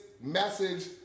message